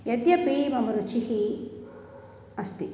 यद्यपि मम रुचिः अस्ति